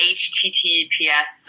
https